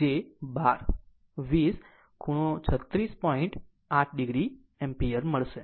j 12 20 ખૂણો 36 point r 8 o ampere મળશે